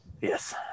yes